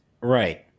right